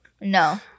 no